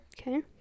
Okay